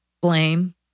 blame